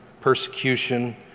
persecution